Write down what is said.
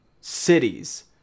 cities